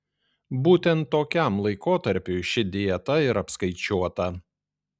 būtent tokiam laikotarpiui ši dieta ir apskaičiuota